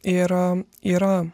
yra yra